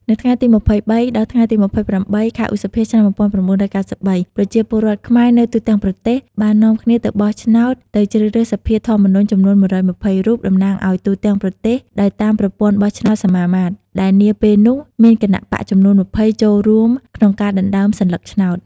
នៅថ្ងៃទី២៣ ដល់ថ្ងៃទី ២៨ ខែឧសភាឆ្នាំ១៩៩៣ ប្រជាពលរដ្ឋខ្មែរនៅទូទាំងប្រទេស បាននាំគ្នាទៅបោះឆ្នោតទៅជ្រើសរើសសភាធម្មនុញ្ញចំនួន ១២០រូបតំណាងឱ្យទូទាំងប្រទេសដោយតាមប្រព័ន្ធបោះឆ្នោតសមាមាត្រ ដែលនាពេលនោះមានគណបក្សចំនួន ២០ ចូលរួមក្នុងការដណ្តើមសន្លឹកឆ្នោត។